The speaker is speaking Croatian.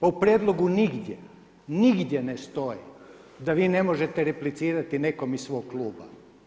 Pa u prijedlogu nigdje, nigdje ne stoji da vi ne možete replicirati nekom iz svog kluba.